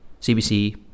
CBC